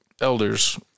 elders